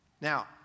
Now